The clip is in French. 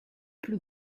plus